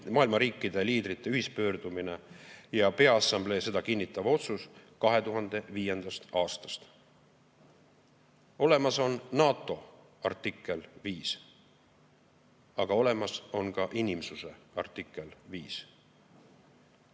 maailma riikide liidrite ühispöördumine ja peaassamblee seda kinnitav otsus 2005. aastast. Olemas on NATO artikkel 5. Aga olemas on ka inimsuse artikkel 5.